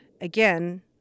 again